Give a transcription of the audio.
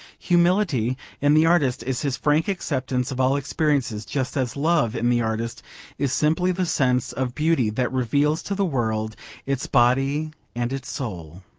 humility in the artist is his frank acceptance of all experiences, just as love in the artist is simply the sense of beauty that reveals to the world its body and its soul.